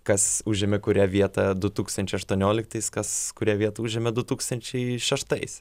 kas užėmė kurią vietą du tūkstančiai aštuonioliktais kas kurią vietą užėmė du tūkstančiai šeštais